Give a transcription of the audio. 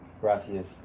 Gracias